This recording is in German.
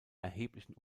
erheblichen